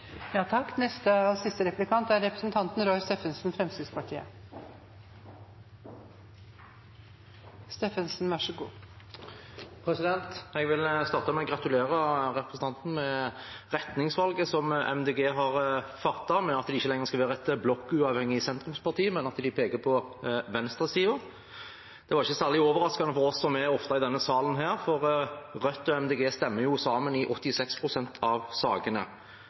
Jeg vil starte med å gratulere representanten med retningsvalget Miljøpartiet De Grønne har gjort, ved at de ikke lenger skal være et blokkuavhengig sentrumsparti, men peker på venstresiden. Det var ikke særlig overraskende for oss som er ofte i denne salen, for Rødt og Miljøpartiet De Grønne stemmer jo sammen i 86 pst. av sakene.